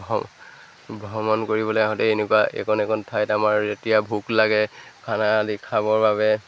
ভ্ৰম ভ্ৰমণ কৰিবলৈ আহোঁতে এনেকুৱা এইকণ এইকণ ঠাইত আমাৰ এতিয়া ভোক লাগে খানা আদি খাবৰ বাবে